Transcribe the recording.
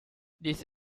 this